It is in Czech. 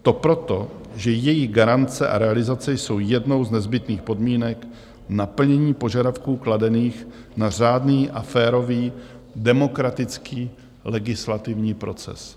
To proto, že její garance a realizace jsou jednou z nezbytných podmínek naplnění požadavků kladených na řádný a férový demokratický legislativní proces.